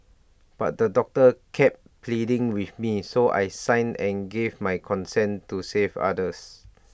but the doctor kept pleading with me so I signed and gave my consent to save others